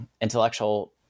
intellectual